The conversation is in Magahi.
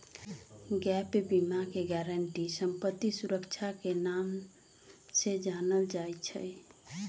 गैप बीमा के गारन्टी संपत्ति सुरक्षा के नाम से जानल जाई छई